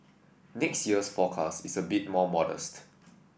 next year's forecast is a bit more modest